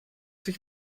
sich